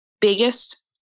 biggest